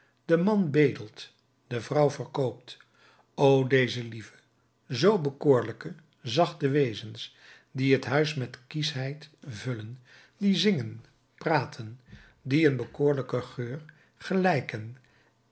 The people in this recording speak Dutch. de man bedelt de vrouw verkoopt o deze lieve zoo bekoorlijke zachte wezens die het huis met kieschheid vullen die zingen praten die een bekoorlijken geur gelijken